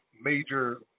major